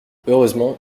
heureusement